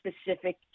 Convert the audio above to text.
specific